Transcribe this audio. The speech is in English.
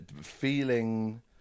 feeling